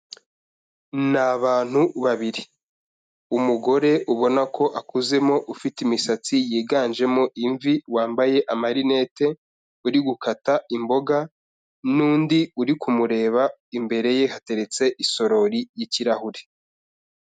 Ni abantu babiri, umugore ubona ko akuzemo ufite imisatsi yiganjemo imvi wambaye amarinete, uri gukata imboga n'undi uri kumureba imbere ye hateretse isorori y'ikirahure.